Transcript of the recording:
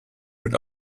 mit